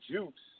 Juice